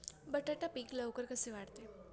बटाटा पीक लवकर कसे वाढते?